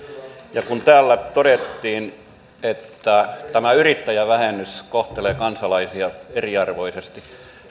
ja kun täällä todettiin että tämä yrittäjävähennys kohtelee kansalaisia eriarvoisesti